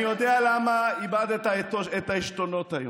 אני יודע למה איבדת את העשתונות היום.